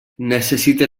necessite